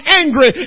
angry